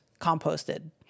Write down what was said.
composted